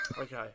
Okay